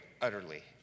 utterly